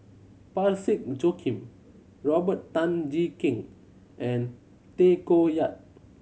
Parsick Joaquim Robert Tan Jee Keng and Tay Koh Yat